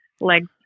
legs